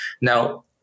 Now